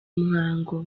muhango